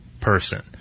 person